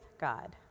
God